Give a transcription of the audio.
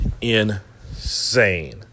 insane